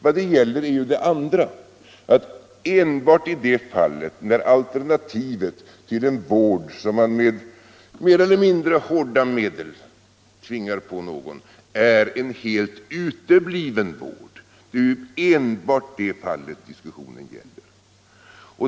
Diskussionen gäller ju enbart det fall när alternativet till en vård som man med mer eller mindre hårda medel tvingar på någon är en helt utebliven vård.